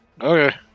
Okay